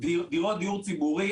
דירות דיור ציבורי.